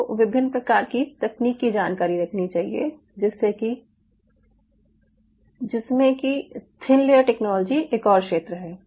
आपको विभिन्न प्रकार की तकनीक की जानकारी रखनी चाहिए जिसमे कि थिन लेयर टेक्नोलॉजी एक और क्षेत्र है